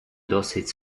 досить